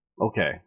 Okay